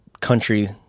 country